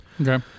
Okay